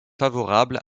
favorable